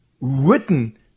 written